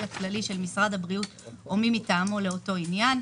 הכללי של משרד הבריאות או מי מטעמו לאותו עניין,